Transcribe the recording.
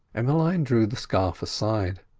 emmeline drew the scarf aside.